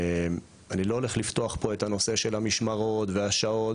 אני לא הולך לפתוח פה את הנושא של המשמרות והשעות,